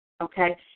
Okay